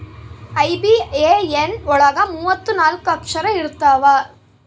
IBAN ಒಳಗ ಮೂವತ್ತು ನಾಲ್ಕ ಅಕ್ಷರ ಇರ್ತವಾ